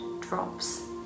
drops